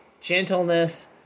gentleness